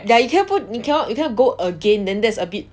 ya you cannot you cannot go again then that's a bit